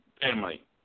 family